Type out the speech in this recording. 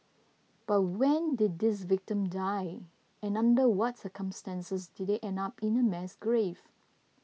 but when did these victim die and under what's circumstances did they end up in a mass grave